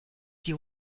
die